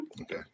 Okay